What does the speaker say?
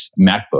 MacBook